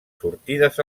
sortides